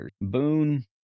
Boone